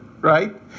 right